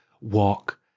walk